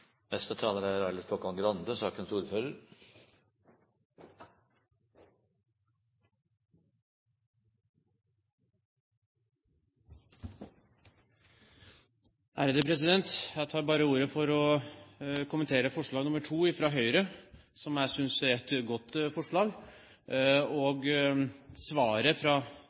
Jeg tar bare ordet for å kommentere forslag nr. 2, fra Høyre, som jeg synes er et godt forslag, og svaret fra